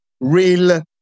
real